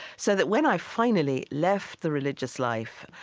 so that when i finally left the religious life,